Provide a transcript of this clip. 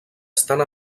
estan